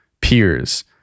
peers